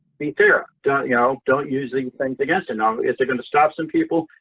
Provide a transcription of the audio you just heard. be fair. don't you know don't use these things against and um is it going to stop some people?